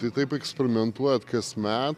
tai taip ekspermentuojat kasmet